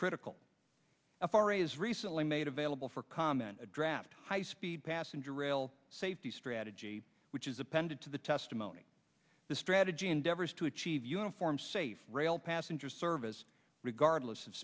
critical farai is recently made available for comment a draft high speed passenger rail safety strategy which is appended to the testimony the strategy endeavors to achieve uniform safe rail passenger service regardless of